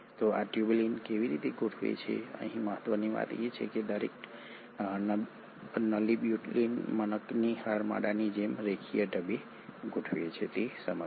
તો આ ટ્યુબુલિન કેવી રીતે ગોઠવે છે અહીં મહત્ત્વની વાત એ છે કે દરેક નલીબ્યુલિન મણકાની હારમાળાની જેમ રેખીય ઢબે ગોઠવે છે તે સમજવું